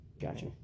gotcha